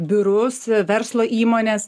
biurus verslo įmones